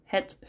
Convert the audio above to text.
Het